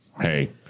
Hey